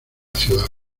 ciudad